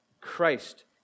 Christ